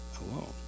alone